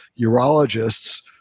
urologists